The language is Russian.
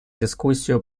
дискуссию